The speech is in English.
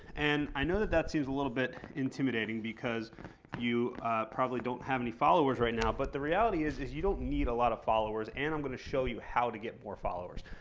and i know that that seems a little bit intimidating because you probably don't have any followers right now. but the reality is is you don't need a lot of followers, and i'm going to show you how to get more followers.